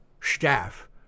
staff